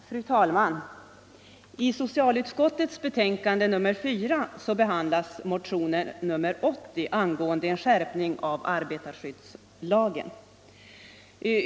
Fru talman! I socialutskottets betänkande nr 4 behandlas motionen nr 80 angående en skärpning av arbetarskyddslagen.